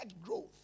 growth